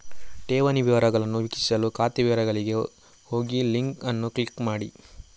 ಠೇವಣಿ ವಿವರಗಳನ್ನು ವೀಕ್ಷಿಸಲು ಖಾತೆ ವಿವರಗಳಿಗೆ ಹೋಗಿಲಿಂಕ್ ಅನ್ನು ಕ್ಲಿಕ್ ಮಾಡಿ